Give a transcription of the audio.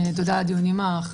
אני